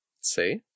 See